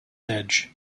edge